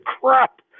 crap